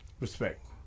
Respect